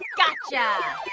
gotcha.